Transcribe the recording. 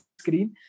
screen